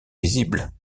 visible